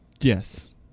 Yes